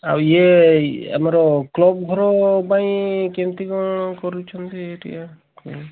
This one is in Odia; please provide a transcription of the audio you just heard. ଆଉ ଇଏ ଆମର କ୍ଲବ୍ ଘର ପାଇଁ କେମିତି କ'ଣ କରୁଛନ୍ତି ଏଇଠିକା ହୁଁ